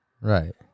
Right